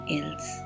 else